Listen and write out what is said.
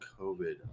COVID